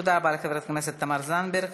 תודה רבה לחברת הכנסת תמר זנדברג.